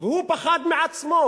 הוא פחד מעצמו.